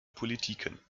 politiken